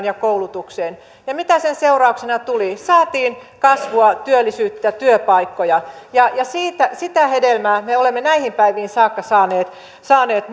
ja koulutukseen ja mitä sen seurauksena tuli saatiin kasvua työllisyyttä työpaikkoja ja sitä hedelmää me olemme näihin päiviin saakka saaneet saaneet